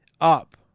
up